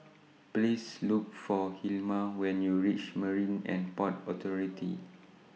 Please Look For Hilma when YOU REACH Marine and Port Authority